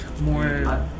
more